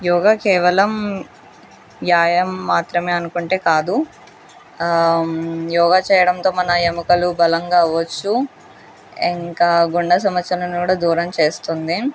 యోగ కేవలం వ్యాయామం మాత్రమే అనుకుంటే కాదు యోగ చేయడంతో మన ఎముకలు బలంగా అవ్వచ్చు ఇంకా గుండె సమస్య నుండి కూడా దూరం చేస్తుంది